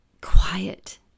Quiet